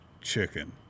chicken